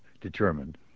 determined